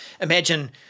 Imagine